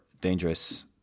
dangerous